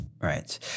Right